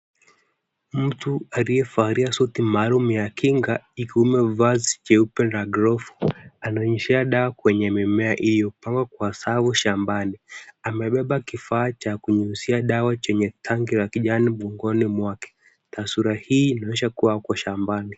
Mtu akiyevalia suti maalum ya kinga ikiwa vazi jeupe na glovu. Ananyeshea dawa kwenye mimea hiyo paka kwa zao shambani . Amebeba kifaa cha kunyunyuzia dawa chenye tangi ya kijani mgongoni mwake. Taswira hii inaonyesha kuwa ako shambani.